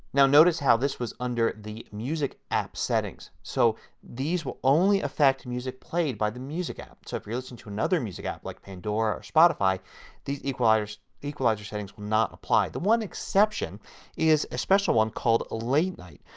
now notice how this was under the music app settings. so these will only affect music played by the music app. so if you are listening to another music app like pandora or spotify so the equalizer settings will not apply. the one exception is a special one called late night.